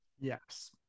Yes